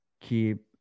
keep